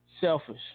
Selfish